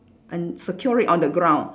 and secure it on the ground